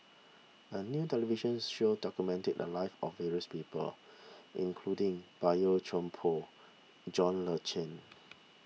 a new televisions show documented the lives of various people including Boey Chuan Poh John Le Cain